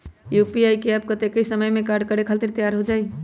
UPI app कतेइक समय मे कार्य करे खातीर तैयार हो जाई?